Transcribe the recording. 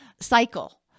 cycle